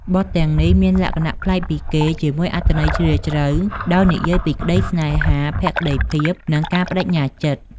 បទទាំងនេះមានលក្ខណៈប្លែកពីគេ ជាមួយអត្ថន័យជ្រាលជ្រៅ និយាយពីក្ដីស្នេហា ភក្ដីភាព និងការប្ដេជ្ញាចិត្ត។